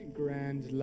grand